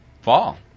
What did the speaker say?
fall